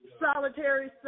solitary